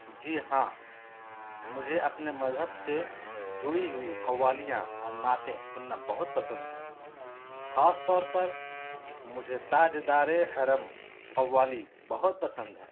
جی ہاں مجھے اپنے مذہب سے جڑی ہوئی قوالیاں اور نعتیں سننا بہت پسند ہے خاص طور پر مجھے تاجدار حرم قوالی بہت پسند ہے